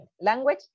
language